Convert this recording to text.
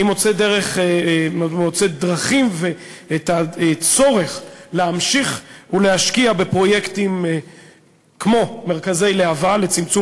אני מוצא דרכים וצורך להמשיך ולהשקיע בפרויקטים כמו מרכזי להב"ה לצמצום